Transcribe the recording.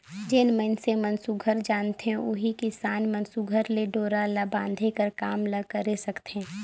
जेन मइनसे मन सुग्घर जानथे ओही किसान मन सुघर ले डोरा ल बांधे कर काम ल करे सकथे